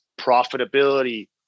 profitability